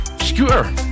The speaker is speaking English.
Scooter